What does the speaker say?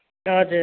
हजुर